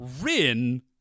Rin